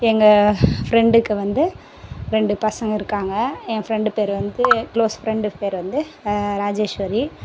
எங்கள் ஃப்ரெண்டுக்கு வந்து ரெண்டு பசங்க இருக்காங்க என் ஃப்ரெண்டு பேர் வந்து க்ளோஸ் ஃப்ரெண்டு பேர் வந்து ராஜேஷ்வரி